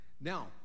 Now